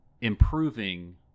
improving